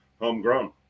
homegrown